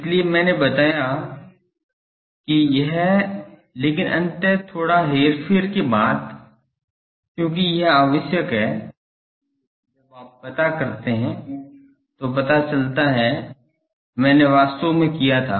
इसलिए मैंने बताया है कि यह लेकिन अंततः थोड़ा हेरफेर के बाद क्योंकि यह आवश्यक है क्योंकि जब आप करते हैं तो पता चलता है मैंने वास्तव में किया था